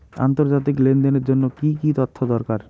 আন্তর্জাতিক লেনদেনের জন্য কি কি তথ্য দরকার?